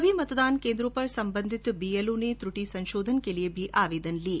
सभी मतदान केन्द्रों पर संबंधित बीएलओ ने त्र्टि संशोधन के लिये भी आवेदन लिये